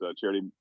charity